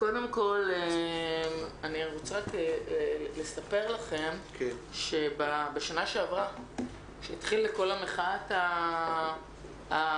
קודם כול אני רוצה לספר לכם שבשנה שעברה כשהתחילה מחאת המכנסונים,